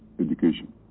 education